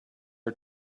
are